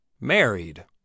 married